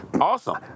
awesome